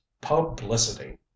publicity